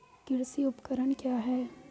कृषि उपकरण क्या है?